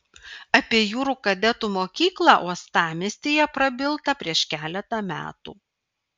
apie jūrų kadetų mokyklą uostamiestyje prabilta prieš keletą metų